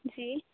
ਜੀ